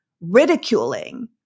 ridiculing